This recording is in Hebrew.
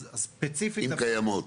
אם קיימות.